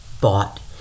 bought